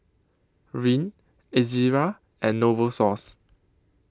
Rene Ezerra and Novosource